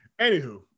anywho